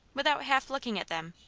without half looking at them,